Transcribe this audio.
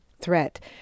threat